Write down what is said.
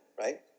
right